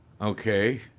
Okay